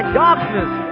darkness